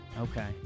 Okay